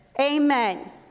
Amen